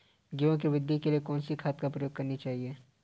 गेहूँ की वृद्धि के लिए कौनसी खाद प्रयोग करनी चाहिए?